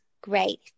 great